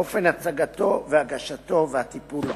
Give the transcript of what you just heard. אופן הצגתו והגשתו והטיפול בו.